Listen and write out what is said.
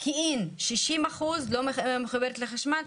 פקיעין, 60% לא מחוברת לחשמל.